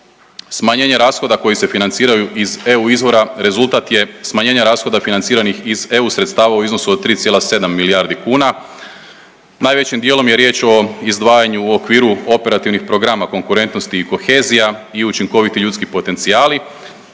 smanjenje rashoda koji se financiraju iz EU izvora rezultat je smanjenje rashoda financiranih iz EU sredstava u iznosu od 3,7 milijardi kuna. Najvećim dijelom je riječ o izdvajanju u okviru operativnih programa Konkurentnost i kohezija i Učinkoviti ljudski potencijali